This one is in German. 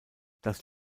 das